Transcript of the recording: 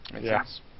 Yes